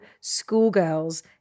schoolgirls